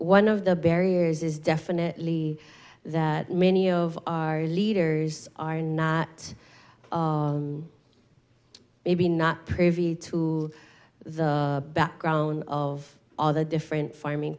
one of the barriers is definitely that many of our leaders are not maybe not privy to the background of all the different farming